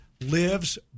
lives